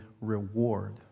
reward